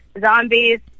zombies